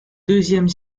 deuxième